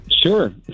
sure